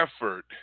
effort